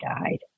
died